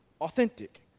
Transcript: authentic